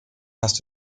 hast